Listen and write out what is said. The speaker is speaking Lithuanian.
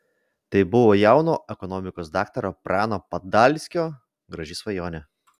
tai buvo jauno ekonomikos daktaro prano padalskio graži svajonė